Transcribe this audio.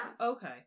okay